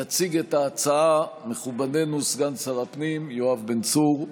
יציג את ההצעה מכובדנו סגן שר הפנים יואב בן צור,